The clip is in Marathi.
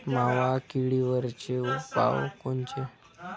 मावा किडीवरचे उपाव कोनचे?